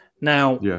Now